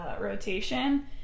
rotation